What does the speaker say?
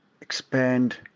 expand